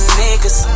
niggas